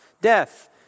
death